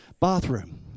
bathroom